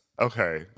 Okay